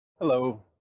Hello